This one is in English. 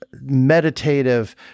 meditative